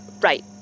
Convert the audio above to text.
Right